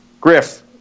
Griff